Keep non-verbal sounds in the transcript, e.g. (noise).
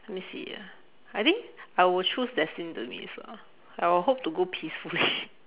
let me see ah I think I will choose destined demise ah I will hope to go peacefully (laughs)